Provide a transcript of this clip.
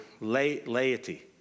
laity